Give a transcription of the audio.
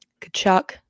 Kachuk